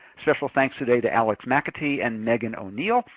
special thanks today to alix mcatee and megan o'neil.